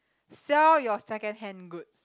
sell your secondhand goods